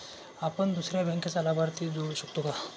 आपण दुसऱ्या बँकेचा लाभार्थी जोडू शकतो का?